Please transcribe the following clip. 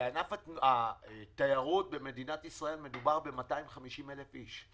בענף התיירות במדינת ישראל מדובר ב-250,000 איש,